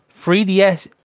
3DS